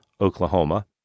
Oklahoma